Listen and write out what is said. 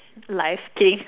life kidding